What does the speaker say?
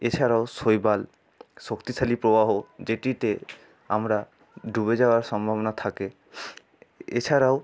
এছাড়াও শৈবাল শক্তিশালী প্রবাহ যেটিতে আমরা ডুবে যাওয়ার সম্ভাবনা থাকে এছাড়াও